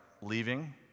leaving